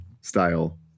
style